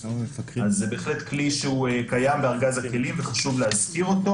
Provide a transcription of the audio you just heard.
זה בהחלט כלי שקיים בארגז הכלים וחשוב להזכיר אותו.